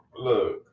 look